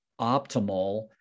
optimal